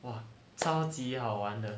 !wah! 超级好玩的